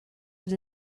does